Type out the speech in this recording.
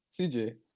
CJ